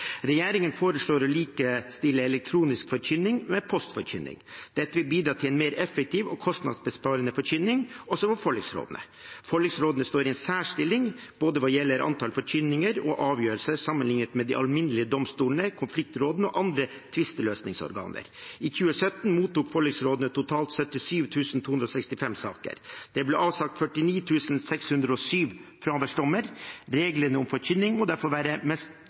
Regjeringen foreslår å likestille elektronisk forkynning med postforkynning. Dette vil bidra til en mer effektiv og kostnadsbesparende forkynning også for forliksrådene. Forliksrådene står i en særstilling hva gjelder både antall forkynninger og antall avgjørelser, sammenliknet med de alminnelige domstolene, konfliktrådene og andre tvisteløsningsorganer. I 2017 mottok forliksrådene totalt 77 265 saker. Det ble avsagt 49 607 fraværsdommer. Reglene om forkynning må derfor være mest